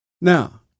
Now